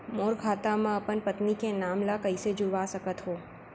मोर खाता म अपन पत्नी के नाम ल कैसे जुड़वा सकत हो?